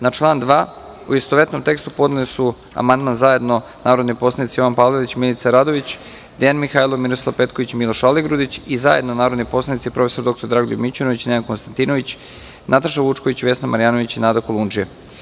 Na član 2. amandman, u istovetnom tekstu, podneli su zajedno narodni poslanici Jovan Palalić, Milica Radović, Dejan Mihajlov, Miroslav Petko-vić, Miloš Aligrudić i zajedno narodni poslanici prof. dr Dragoljub Mićunović, Nenad Konstantinović, Nataša Vučković, Vesna Marjanović i Nada Kolundžija.